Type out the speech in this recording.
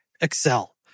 Excel